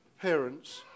parents